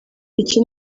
iki